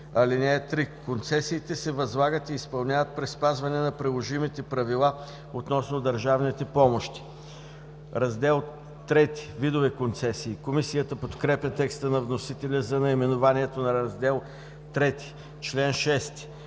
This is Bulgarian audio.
услуги. (3) Концесиите се възлагат и изпълняват при спазване на приложимите правила относно държавните помощи.“ „Раздел ІІІ – Видове концесии“. Комисията подкрепя текста на вносителя за наименованието на Раздел ІІІ.